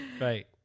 Right